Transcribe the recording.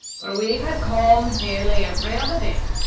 for we've had calms nearly every other day,